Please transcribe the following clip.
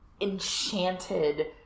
enchanted